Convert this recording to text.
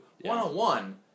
One-on-one